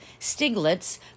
Stiglitz